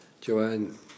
Joanne